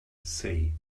say